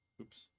Oops